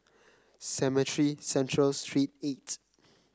Cemetry Central Street eight